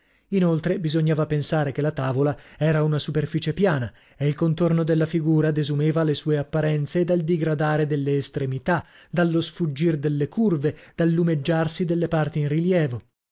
inoltre bisognava pensare che la tavola era una superficie piana e il contorno della figura desumeva le sue apparenze dal digradare delle estremità dallo sfuggir delle curve dal lumeggiarsi delle parti in rilievo